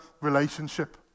relationship